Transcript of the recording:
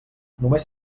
només